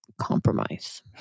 compromise